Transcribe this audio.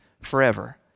forever